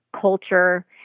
culture